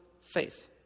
faith